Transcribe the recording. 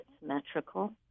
symmetrical